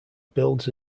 builds